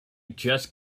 just